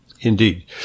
Indeed